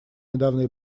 недавние